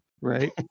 right